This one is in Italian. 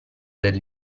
del